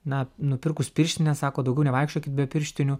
na nupirkus pirštines sako daugiau nevaikščiokit be pirštinių